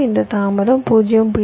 இந்த தாமதம் 0